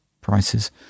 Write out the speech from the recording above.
prices